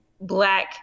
black